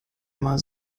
immer